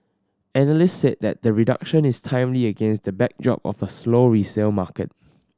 analysts said that the reduction is timely against the backdrop of a slow resale market